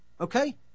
Okay